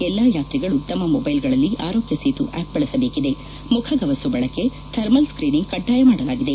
ಎಲ್ಲಾ ಯಾತ್ರಿಗಳು ತಮ್ಮ ಮೊದ್ಲೆಲ್ ಗಳಲ್ಲಿ ಆರೋಗ್ಯ ಸೇತು ಆಸ್ ಬಳಸಬೇಕಿದೆ ಮುಖಗವಸು ಬಳಕೆ ಥರ್ಮಲ್ ಸ್ತೀನಿಂಗ್ ಕಡ್ಡಾಯ ಮಾಡಲಾಗಿದೆ